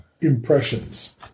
impressions